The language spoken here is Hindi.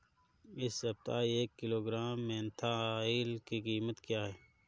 इस सप्ताह एक किलोग्राम मेन्था ऑइल की कीमत क्या है?